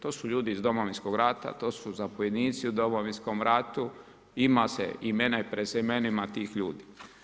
To su ljudi iz Domovinskog rata, to su zapovjednici u Domovinskom ratu, ima se imenima i prezimenima tih ljudi.